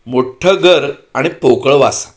मोठं घर आणि पोकळ वासा